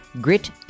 Grit